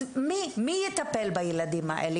אז מי יטפל בילדים האלה?